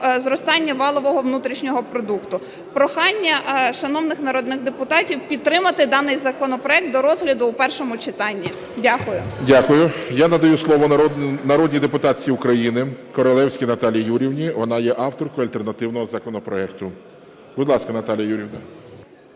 зростання валового внутрішнього продукту. Прохання шановних народних депутатів підтримати даний законопроект до розгляду в першому читанні. Дякую. ГОЛОВУЮЧИЙ. Дякую. Я надаю слово народній депутатці України Королевській Наталії Юріївні, вона є авторкою альтернативного законопроекту. Будь ласка, Наталія Юріївна.